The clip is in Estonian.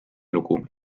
lugu